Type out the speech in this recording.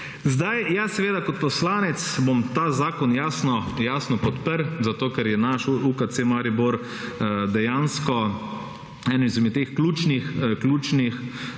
Zdaj jaz seveda kot poslanec bom ta zakon jasno podprl, zato ker je naš UKC Maribor dejansko eden izmed teh ključnih